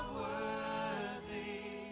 worthy